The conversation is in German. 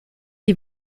die